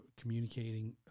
communicating